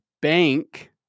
bank